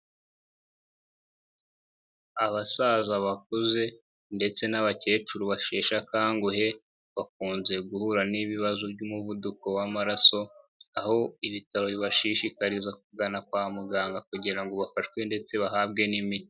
Abasaza bakuze ndetse n'abakecuru bashesha akanguhe, bakunze guhura n'ibibazo by'umuvuduko w'amaraso, aho ibitaro bibashishikariza kugana kwa muganga kugira ngo bafashwe ndetse bahabwe n'imiti.